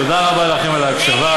תודה רבה לכם על ההקשבה.